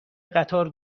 قطار